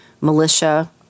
militia